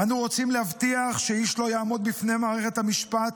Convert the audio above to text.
אנו רוצים להבטיח שאיש לא יעמוד בפני מערכת המשפט